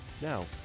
Now